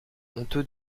honteux